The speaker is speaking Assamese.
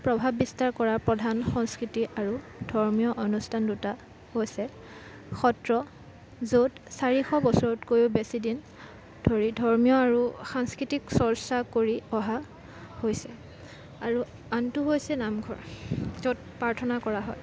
প্ৰভাৱ বিস্তাৰ কৰা প্ৰধান সংস্কৃতি আৰু ধৰ্মীয় অনুষ্ঠান দুটা হৈছে সত্ৰ য'ত চাৰিশ বছৰতকৈও বেছি দিন ধৰি ধৰ্মীয় আৰু সাংস্কৃতিক চৰ্চা কৰি অহা হৈছে আৰু আনটো হৈছে নামঘৰ য'ত প্ৰাৰ্থনা কৰা হয়